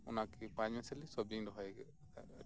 ᱚᱱᱟ ᱠᱤ ᱯᱟᱸᱪ ᱢᱤᱥᱟᱞᱤ ᱥᱚᱵᱽᱡᱤᱧ ᱨᱚᱦᱚᱭ ᱟᱠᱟᱫᱟ ᱟᱨ ᱞᱟᱴᱩᱣ ᱟᱠᱟᱫᱟ